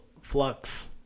Flux